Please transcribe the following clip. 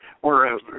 whereas